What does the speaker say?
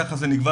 כך זה נקבע